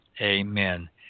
Amen